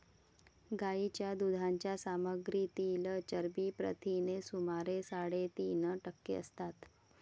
गायीच्या दुधाच्या सामग्रीतील चरबी प्रथिने सुमारे साडेतीन टक्के असतात